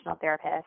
therapist